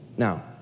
Now